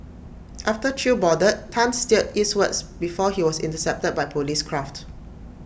after chew boarded Tan steered eastwards before he was intercepted by Police craft